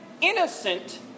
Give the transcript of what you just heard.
innocent